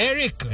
Eric